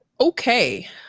Okay